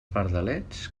pardalets